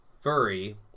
furry